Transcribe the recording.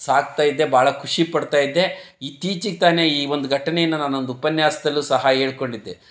ಸಾಕ್ತಾ ಇದ್ದೆ ಭಾಳ ಖುಷಿಪಡ್ತಾ ಇದ್ದೆ ಇತ್ತೀಚಿಗೆ ತಾನೆ ಈ ಒಂದು ಘಟನೆಯನ್ನು ನಾನೊಂದು ಉಪನ್ಯಾಸದಲ್ಲು ಸಹ ಹೇಳ್ಕೊಂಡಿದ್ದೆ